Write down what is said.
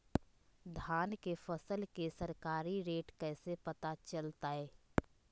धान के फसल के सरकारी रेट कैसे पता चलताय?